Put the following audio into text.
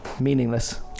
Meaningless